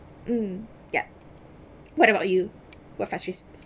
hmm yeah what about you what frustrates